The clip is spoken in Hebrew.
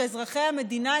ואזרחי המדינה,